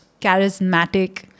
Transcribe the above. charismatic